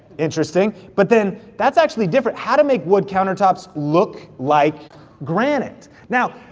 interesting. but then, that's actually different, how to make wood countertops look like granite. now,